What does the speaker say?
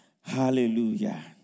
Hallelujah